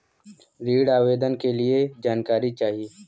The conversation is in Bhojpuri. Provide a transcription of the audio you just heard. ऋण आवेदन के लिए जानकारी चाही?